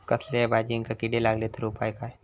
कसल्याय भाजायेंका किडे लागले तर उपाय काय?